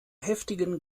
heftigen